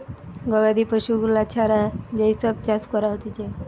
গবাদি পশু গুলা ছাড়া যেই সব চাষ করা হতিছে